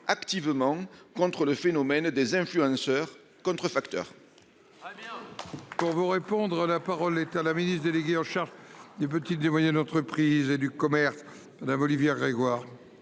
activement contre le phénomène des influenceurs-contrefacteurs